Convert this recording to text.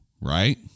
right